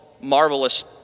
marvelous